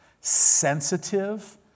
sensitive